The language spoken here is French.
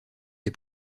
des